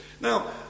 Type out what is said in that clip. Now